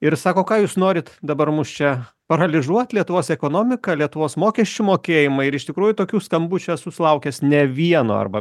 ir sako ką jūs norit dabar mus čia paralyžuot lietuvos ekonomika lietuvos mokesčių mokėjimai ir iš tikrųjų tokių skambučių esu sulaukęs ne vieno arba